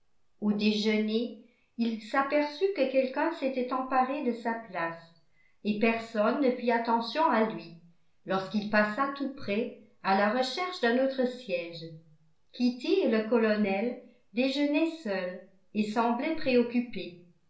au déjeuner il s'aperçut que quelqu'un s'était emparé de sa place et personne ne fit attention à lui lorsqu'il passa tout près à la recherche d'un autre siège kitty et le colonel déjeunaient seuls et semblaient préoccupés